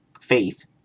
Faith